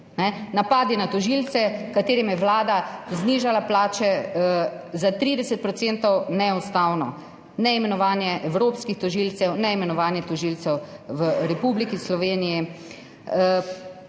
Napadi na tožilce, ki jim je Vlada znižala plače za 30 %, neustavno. Neimenovanje evropskih tožilcev, neimenovanjetožilcev v Republiki Sloveniji,